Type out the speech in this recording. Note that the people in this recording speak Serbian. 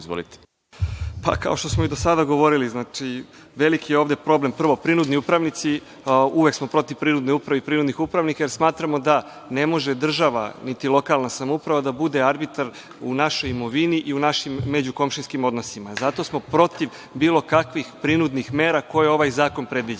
Kao što smo i do sada govorili, znači, veliki je ovde problem, prvo prinudni upravnici, uvek smo protiv prinudne uprave i prinudnih upravnika jer smatramo da ne može država niti lokalna samouprava da bude arbitar u našoj imovini i našim međukomšijskim odnosima. Zato smo protiv bilo kakvih prinudnih mera koje ovaj zakon predviđa.